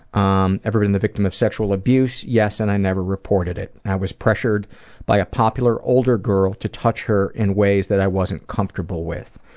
um ever been the victim of sexual abuse yes and i never reported it. i was pressured by a popular older girl to touch her in ways that i wasn't comfortable with.